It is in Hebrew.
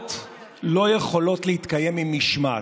מחאות לא יכולות להתקיים עם משמעת,